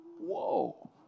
whoa